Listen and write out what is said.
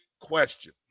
question